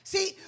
See